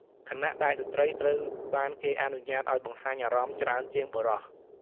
ខណៈដែលស្ត្រីត្រូវបានគេអនុញ្ញាតឱ្យ បង្ហាញអារម្មណ៍ ច្រើនជាងបុរស។